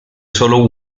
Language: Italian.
solo